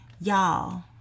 y'all